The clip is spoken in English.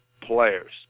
players